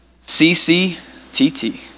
C-C-T-T